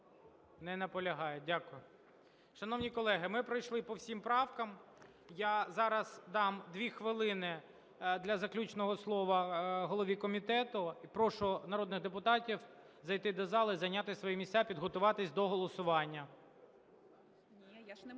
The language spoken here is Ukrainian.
Не наполягає. Дякую. Шановні колеги, ми пройшли по всім правкам, я зараз дам 2 хвилини для заключного слова голові комітету. І прошу народних депутатів зайти до зали і зайняти свої місця, підготуватись до голосування.